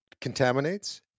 contaminates